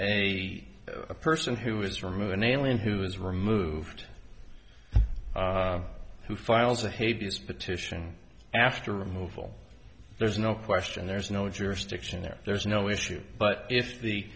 a person who is removed an alien who is removed who files a hades petition after removal there's no question there's no jurisdiction there there's no issue but if the